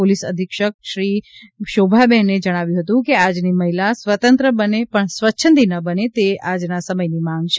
police અધિક્ષકશ્રી શોભાબેન ભૂતડાએ જણાવ્યું હતું કે આજની મહિલા સ્વતંત્ર બને પણ સ્વચ્છંદી ન બને તે આજના સમયની માંગ છે